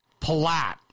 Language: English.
Palat